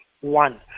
one